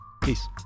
Peace